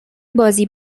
بازی